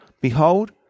Behold